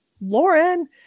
Lauren